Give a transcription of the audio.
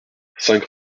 cinq